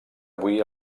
avui